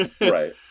Right